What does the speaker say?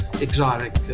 exotic